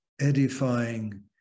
edifying